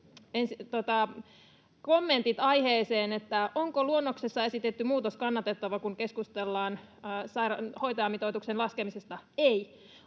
kommentit aiheeseen: Onko luonnoksessa esitetty muutos kannatettava, kun keskustellaan hoitajamitoituksen laskemisesta? Ei.